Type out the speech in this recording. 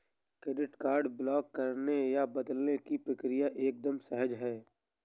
credit card block करने या बदलने की प्रक्रिया एकदम सहज है